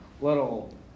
little